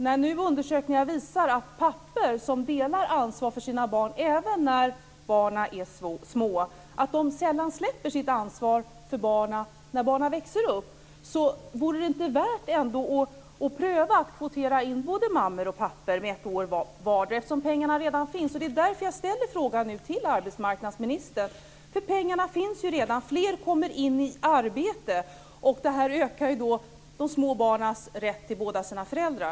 När nu undersökningar visar att pappor som delar ansvar för sina barn även när barnen är små sällan släpper sitt ansvar för barnen när de växer upp, vore det då inte värt att pröva att kvotera ett år vardera till både mammor och pappor? Pengarna finns ju redan, och det är därför jag ställer frågan till arbetsmarknadsministern. På det här sättet kommer fler in i arbete, och det ökar de små barnens rätt till båda sina föräldrar.